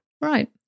Right